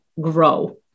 grow